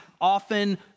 often